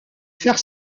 faire